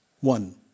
One